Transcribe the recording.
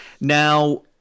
Now